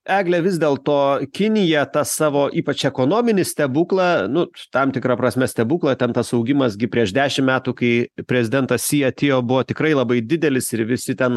egle vis dėlto kinija tą savo ypač ekonominį stebuklą nu tam tikra prasme stebuklą ten tas augimas gi prieš dešim metų kai prezidentas si atėjo buvo tikrai labai didelis ir visi ten